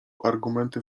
argumenty